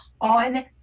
on